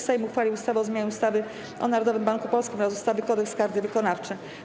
Sejm uchwalił ustawę o zmianie ustawy o Narodowym Banku Polskim oraz ustawy - Kodeks karny wykonawczy.